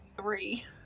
three